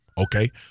Okay